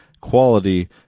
quality